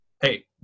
hey